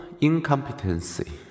incompetency